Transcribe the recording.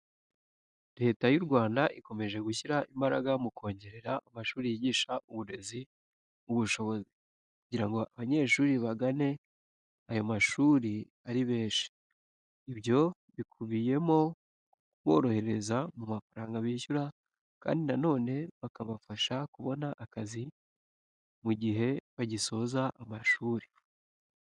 Leta y'u Rwanda ikomeje gushyira imbaraga mu kongerera amashuri yigisha uburezi ubushobozi, kugira ngo abanyeshuri bagane ayo mashuri ari benshi. Ibyo bikubiyemo kuborohereza mu mafaranga bishyura, kandi na none bakabafasha kubona akazi mu gihe bagisoza amashuri.